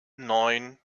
neun